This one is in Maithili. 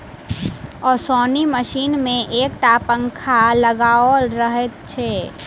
ओसौनी मशीन मे एक टा पंखा लगाओल रहैत छै